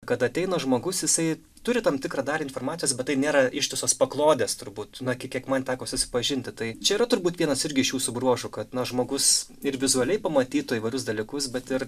kad ateina žmogus jisai turi tam tikrą dalį informacijos bet tai nėra ištisos paklodės turbūt na ki kiek man teko susipažinti tai čia yra turbūt vienas irgi iš jūsų bruožų kad na žmogus ir vizualiai pamatytų įvairius dalykus bet ir